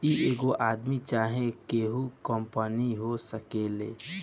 ई एगो आदमी चाहे कोइ कंपनी हो सकेला